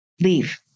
leave